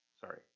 sorry